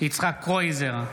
יצחק קרויזר,